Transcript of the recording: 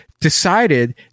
decided